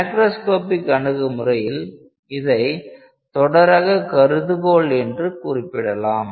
macroscopic அணுகுமுறையில் இதை தொடரக கருதுகோள் என்று குறிப்பிடலாம்